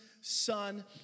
son